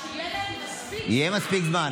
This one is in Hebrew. שיהיה להם מספיק זמן,